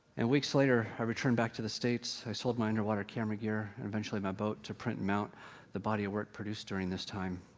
and weeks later, i returned back to the states. i sold my underwater camera gear, and eventually my boat, to print and mount the body of work produced during this time,